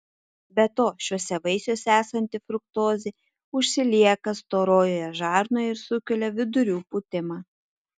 be to šiuose vaisiuose esanti fruktozė užsilieka storojoje žarnoje ir sukelia vidurių pūtimą